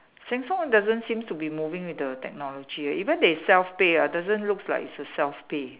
Sheng-Siong doesn't seems to be moving with the technology leh even their self pay ah doesn't looks like it's a self pay